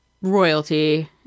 royalty